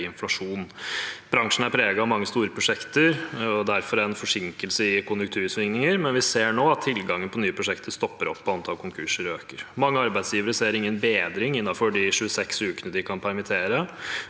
Bransjen er preget av mange store prosjekter, og derfor en forsinkelse i konjunktursvingninger, men vi ser nå at tilgangen på nye prosjekter stopper opp og antall konkurser øker. Mange arbeidsgivere ser ingen bedring innenfor de 26 ukene de kan permittere